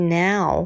now